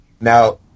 Now